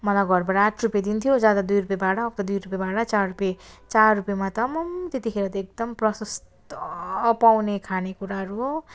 मलाई घरबाट आठ रुपियाँ दिन्थ्यो जाँदा दुई रुपियाँ भाडा आउँदा दुई रुपियाँ भाडा चार रुपियाँ चार रुपियाँमा त आमाम् त्यतिखेर त एकदम प्रशस्त पाउने खानेकुराहरू हो